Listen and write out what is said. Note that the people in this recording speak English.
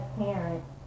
parents